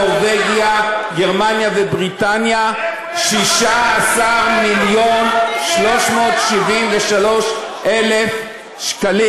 נורבגיה גרמניה ובריטניה 16 מיליון ו-373,000 שקלים.